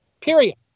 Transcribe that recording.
period